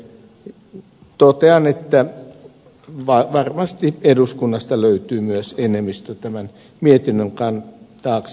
totean että varmasti eduskunnasta löytyy myös enemmistö tämän mietinnön taakse